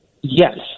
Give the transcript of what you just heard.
Yes